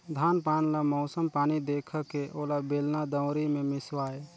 धान पान ल मउसम पानी देखके ओला बेलना, दउंरी मे मिसवाए